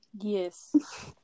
Yes